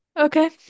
Okay